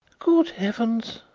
good heavens!